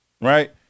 right